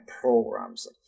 programs